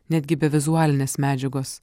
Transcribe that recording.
netgi be vizualinės medžiagos